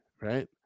right